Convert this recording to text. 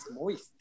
moist